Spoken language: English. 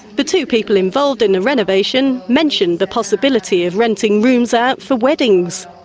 the two people involved in the renovation mention the possibility of renting rooms out for weddings.